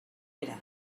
era